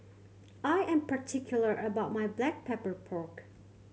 I am particular about my Black Pepper Pork